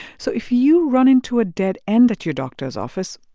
so if you run into a dead end at your doctor's office,